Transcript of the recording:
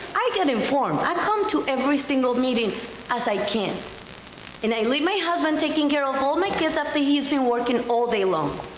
i get informed, i come to every single meeting as i can and i leave my husband taking care of all my kids after he's been working all day long,